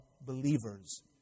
believers